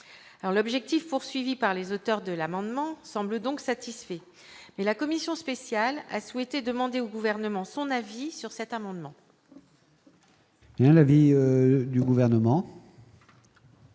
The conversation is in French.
L'objectif des auteurs de l'amendement semble donc satisfait, mais la commission spéciale a souhaité demander au Gouvernement son avis sur cet amendement. Quel est l'avis du Gouvernement